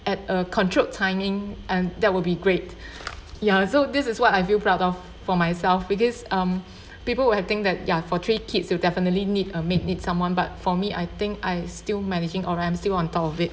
at a control timing and that will be great ya so this is what I feel proud of for myself because um people would've think that ya for three kids you definitely need a maid need someone but for me I think I still managing or I'm still on top of it